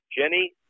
Jenny